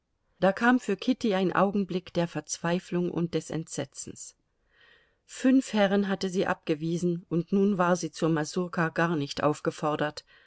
da kam für kitty ein augenblick der verzweiflung und des entsetzens fünf herren hatte sie abgewiesen und nun war sie zur masurka gar nicht aufgefordert